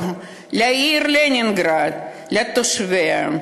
ולעיר לנינגרד ולתושביה,